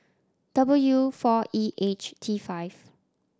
W four E H T five